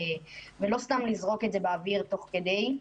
ולא סתם לזרוק את זה באוויר תוך כדי.